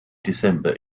december